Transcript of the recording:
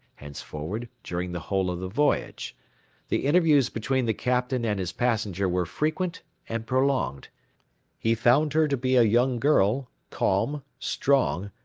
henceforward, during the whole of the voyage the interviews between the captain and his passenger were frequent and prolonged he found her to be a young girl, calm, strong,